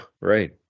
right